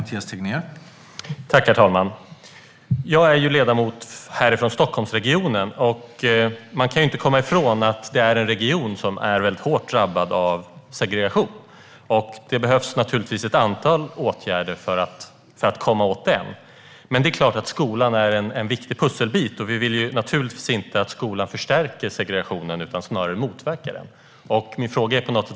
Herr talman! Jag är ledamot från Stockholmsregionen, och man kan inte komma ifrån att detta är en region som är hårt drabbad av segregation. Det behövs ett antal åtgärder för att komma åt den. Men skolan är en viktig pusselbit, och vi vill naturligtvis inte att skolan förstärker segregationen utan snarare motverkar den.